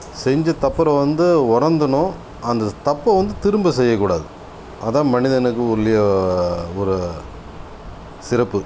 செஞ்சத்தப்புறம் வந்து உணர்ந்துணும் அந்த தப்பை வந்து திரும்ப செய்யக்கூடாது அதான் மனிதனுக்கு உரிய ஒரு சிறப்பு